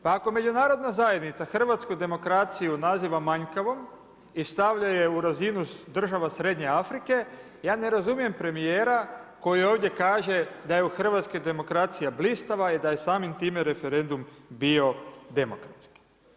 Pa ako međunarodna zajednica hrvatsku demokraciju naziva manjkavom i stavlja je razinu Srednje Afrike, ja ne razumijem premijera koji ovdje kaže da je u Hrvatskoj demokracija blistava i da je samim time referendum bio demokratski.